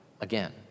again